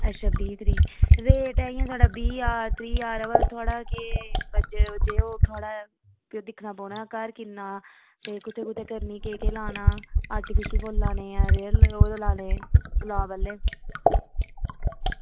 अच्छा बीह तरीक रेट ऐ इंया बीह् ज्हार त्रीह् ज्हार बा थुआढ़ा केह् घर दिक्खना पौना घर किन्ना ते कुत्थें कुत्थें करनी केह् केह् लाना फुल्ल आर्टीफिशल जां रियल लाने गुलाब आह्ले